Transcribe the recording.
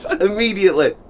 Immediately